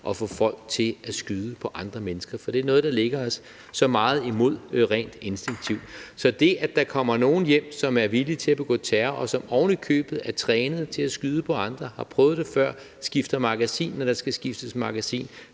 at få folk til at skyde på andre mennesker, for det er noget, der byder os så meget imod rent instinktivt. Så det, at der kommer nogen hjem, som er villige til at begå terror, og som ovenikøbet er trænet til at skyde på andre, har prøvet det før, skifter magasin, når der skal skiftes magasin,